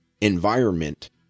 environment